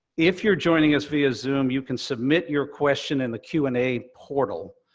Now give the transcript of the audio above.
if you're joining us via zoom, you can submit your question in the q and a portal,